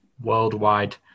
worldwide